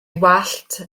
wallt